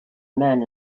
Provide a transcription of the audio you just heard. men